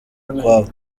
ukwabo